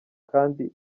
kandi